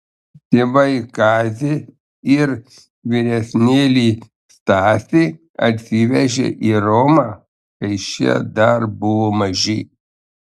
tėvai kazį ir vyresnėlį stasį atsivežė į romą kai šie dar buvo maži